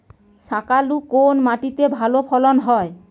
শাকালু কোন মাটিতে ভালো ফলন হয়?